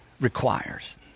requires